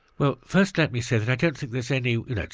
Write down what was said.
well first let me say that i don't think there's any, like